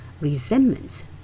resentment